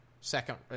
second